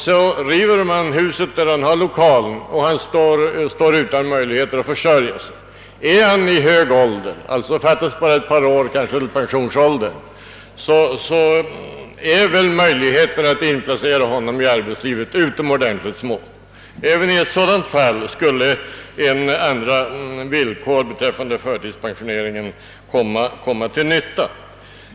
Så har huset där han haft sin lokal rivits, och han står utan möjlighet att försörja sig. Har han då uppnått hög ålder — det kanske bara fattas ett par år till pensionsåldern — är möjligheterna att inplacera honom i arbetslivet utomordentligt små. Även i ett sådant fall skulle andra villkor beträffande förtidspensionering bli till nytta.